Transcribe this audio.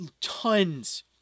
tons